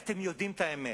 כי אתם יודעים את האמת.